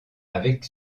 avec